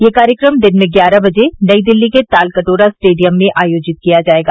यह कार्यक्रम दिन में ग्यारह बजे नई दिल्ली के तालकटोरा स्टेडियम में आयोजित किया जाएगा